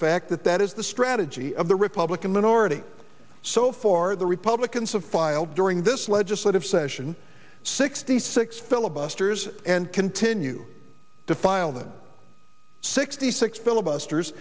fact that that is the strategy of the republican minority so far the republicans have filed during this legislative session sixty six filibusters and continue to file than sixty six filibusters